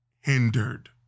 hindered